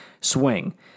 swing